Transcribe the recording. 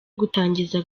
gutangiza